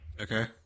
Okay